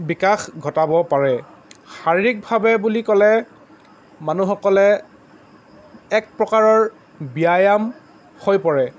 বিকাশ ঘটাব পাৰে শাৰীৰিকভাৱে বুলি ক'লে মানুহসকলে এক প্ৰকাৰৰ ব্যায়াম হৈ পৰে